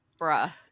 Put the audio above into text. Bruh